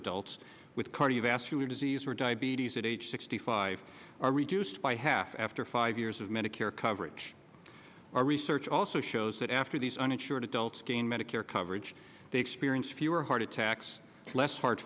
adults with cardiovascular disease or diabetes at age sixty five are reduced by half after five years of medicare coverage or research also shows that after these uninsured adults gain medicare coverage they experience fewer heart attacks less heart